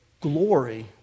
glory